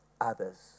others